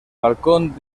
balcón